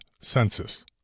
Census